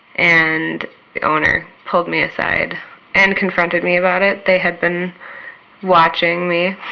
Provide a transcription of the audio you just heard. and the owner pulled me aside and confronted me about it. they had been watching me.